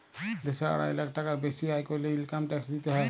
দ্যাশে আড়াই লাখ টাকার বেসি আয় ক্যরলে ইলকাম ট্যাক্স দিতে হ্যয়